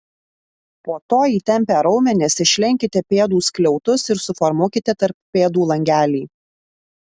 po to įtempę raumenis išlenkite pėdų skliautus ir suformuokite tarp pėdų langelį